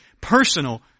personal